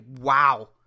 wow